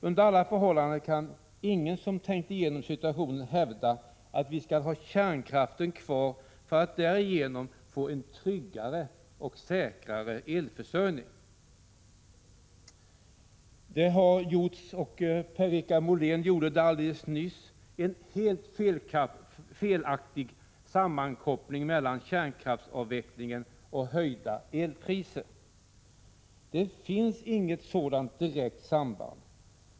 Under alla förhållanden kan ingen som tänkt igenom situationen hävda att vi skall ha kärnkraften kvar för att därigenom få en tryggare och säkrare elförsörjning. Det har gjorts — och gjordes alldeles nyss av Per-Richard Molén — en helt felaktig sammankoppling mellan kärnkraftsavvecklingen och höjda elpriser. Det finns inget sådant direkt samband.